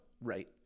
Right